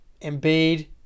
Embiid